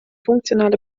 funktionale